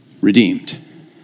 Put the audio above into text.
redeemed